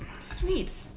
Sweet